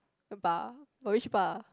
bar which bar